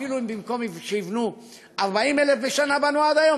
אפילו אם במקום שיבנו 40,000 בשנה בנו עד היום,